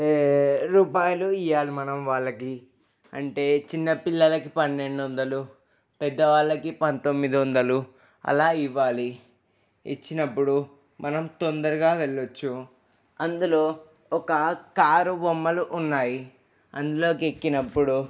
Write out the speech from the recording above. రూపాయలు ఇయ్యాలి మనం వాళ్లకి అంటే చిన్నపిల్లలకి పన్నెండు వందలు పెద్దవాళ్లకి పంతొమ్మిది వందలు అలా ఇవ్వాలి ఇచ్చినప్పుడు మనం తొందరగా వెళ్లొచ్చు అందులో ఒక కారు బొమ్మలు ఉన్నాయి అందులోకి ఎక్కినప్పుడు